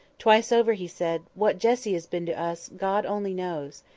twice over he said, what jessie has been to us, god only knows!